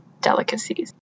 delicacies